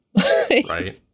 right